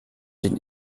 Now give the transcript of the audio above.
den